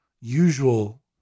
usual